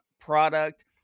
product